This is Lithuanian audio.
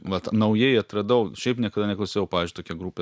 vat naujai atradau šiaip niekada neklausiau pavyzdžiui tokia grupė